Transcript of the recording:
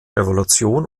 evolution